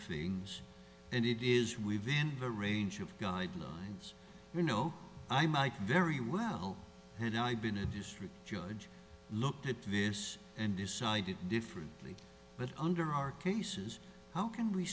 things and it is within the range of guidelines you know i might very well had i been a district judge looked at this and decided differently but under our cases how can we